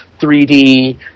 3D